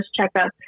checkup